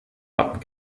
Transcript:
wappen